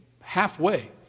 Halfway